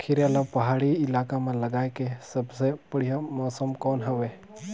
खीरा ला पहाड़ी इलाका मां लगाय के सबले बढ़िया मौसम कोन हवे?